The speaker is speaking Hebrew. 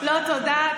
לא, תודה.